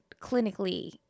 clinically